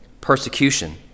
persecution